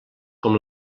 com